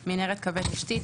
מנהרת קווי תשתית,